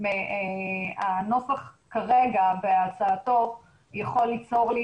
הנוסח כרגע בהצעתו יכול ליצור,